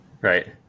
Right